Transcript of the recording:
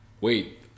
wait